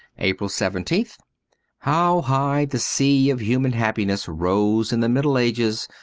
april seventeenth how high the sea of human happiness rose in the middle ages,